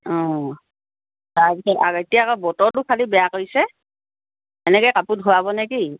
অঁ তাৰপিছত এতিয়া আকৌ বতৰটো খালী বেয়া কৰিছে এনেকে কাপোৰ ধুৱাবনে কি